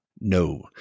no